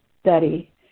study